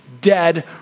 dead